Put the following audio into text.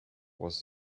was